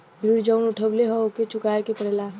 ऋण जउन उठउले हौ ओके चुकाए के पड़ेला